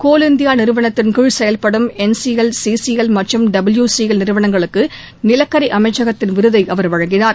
கோல் இந்தியா நிறுவனத்தின் கீழ் செயல்படும் என்சிஎல் சிசிஎல் மற்றும் டபிள்யூசிஎல் நிறுவனங்களுக்கு நிலக்கரி அமைச்சகத்தின் விருதை அவர் வழங்கினார்